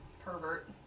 Pervert